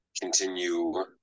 continue